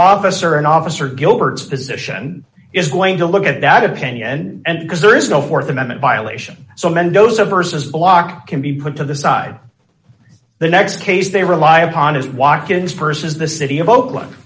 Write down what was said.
officer an officer gilbert position is going to look at that opinion and because there is no th amendment violation so mendoza vs a law can be put to the side the next case they rely upon is walk ins vs the city of oakland